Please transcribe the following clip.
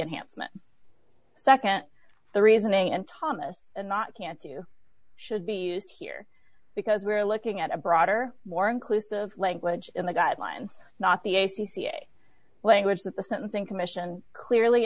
enhancement nd the reasoning and thomas and not cancer you should be used here because we're looking at a broader more inclusive language in the guidelines not the a c c a language that the sentencing commission clearly